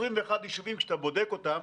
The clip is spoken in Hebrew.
21 יישובים כשאתה בודק אותם